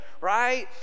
right